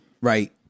right